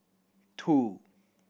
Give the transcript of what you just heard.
two